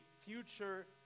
future